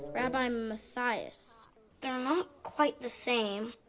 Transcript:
rabbi mathias they're not quite the same.